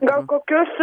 gal kokius